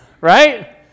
right